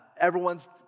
Everyone's